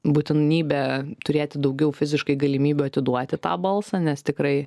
būtinybė turėti daugiau fiziškai galimybių atiduoti tą balsą nes tikrai